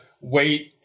wait